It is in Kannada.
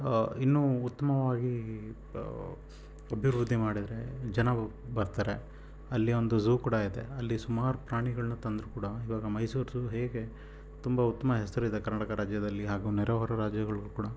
ಇನ್ನೂ ಉತ್ತಮವಾಗಿ ಅಭಿವೃದ್ದಿ ಮಾಡಿದರೆ ಜನ ಬರ್ತಾರೆ ಅಲ್ಲಿ ಒಂದು ಝೂ ಕೂಡ ಇದೆ ಅಲ್ಲಿ ಸುಮಾರು ಪ್ರಾಣಿಗಳನ್ನ ತಂದರು ಕೂಡ ಇವಾಗ ಮೈಸೂರು ಝೂ ಹೇಗೆ ತುಂಬ ಉತ್ತಮ ಹೆಸರಿದೆ ಕರ್ನಾಟಕ ರಾಜ್ಯದಲ್ಲಿ ಹಾಗೂ ನೆರೆಹೊರೆಯ ರಾಜ್ಯಗಳಲ್ಲೂ ಕೂಡ